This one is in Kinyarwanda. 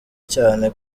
cyane